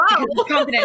wow